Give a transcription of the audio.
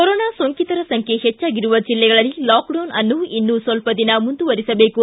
corona ಸೋಂಕಿತರ ಸಂಖ್ಯೆ ಪೆಜ್ಜಾಗಿರುವ ಜಿಲ್ಲೆಗಳಲ್ಲಿ ಲಾಕ್ಡೌನ್ ಅನ್ನು ಇನ್ನು ಸ್ತಲ್ಪ ದಿನ ಮುಂದುವರಿಸಬೇಕು